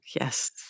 Yes